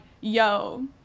yo